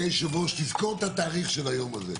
אדוני היושב-ראש, תזכור את התאריך של היום הזה.